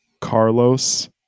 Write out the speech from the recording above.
Carlos